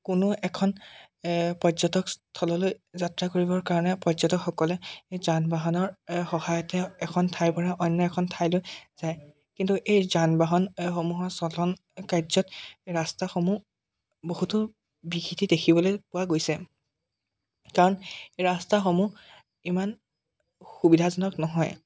কোনো এখন পৰ্যটকস্থললৈ যাত্ৰা কৰিবৰ কাৰণে পৰ্যটকসকলে যান বাহনৰ সহায়তহে এখন ঠাইৰ পৰা অন্য এখন ঠাইলৈ যায় কিন্তু এই যান বাহনসমূহৰ চলন কাৰ্যত ৰাস্তাসমূহ বহুতো বিঘ্নিতি দেখিবলৈ পোৱা গৈছে কাৰণ ৰাস্তাসমূহ ইমান সুবিধাজনক নহয়